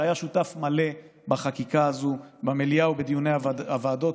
שהיה שותף מלא בחקיקה הזאת במליאה ובדיוני הוועדות,